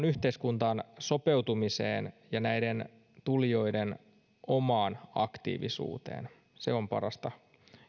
yhteiskuntaan sopeutumiseen ja näiden tulijoiden omaan aktiivisuuteen se on parasta